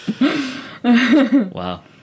Wow